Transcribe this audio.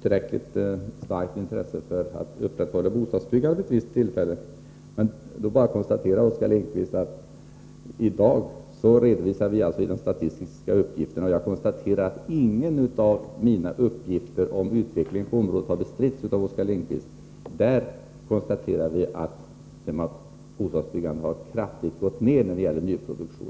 otillräckligt intresse av att upprätthålla bostadsbyggandet vid ett visst tillfälle. I dag redovisar vi statistiska uppgifter, och jag konstaterar att ingen av mina uppgifter om utvecklingen på området har bestritts av Oskar Lindkvist. Statistiken visar att bostadsbyggandet kraftigt har gått ner när det gäller nyproduktion.